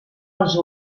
els